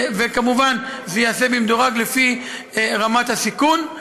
וכמובן זה ייעשה במדורג לפי רמת הסיכון.